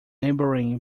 neighboring